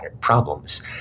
problems